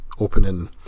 opening